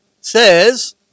says